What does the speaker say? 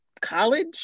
college